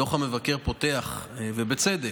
דוח המבקר פותח, ובצדק,